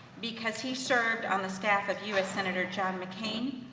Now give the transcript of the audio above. because he served on the staff of us senator john mccain,